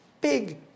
big